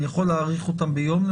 להאריך אותם ביום?